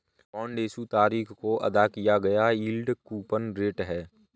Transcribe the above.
bond issue तारीख को अदा किया गया यील्ड कूपन रेट है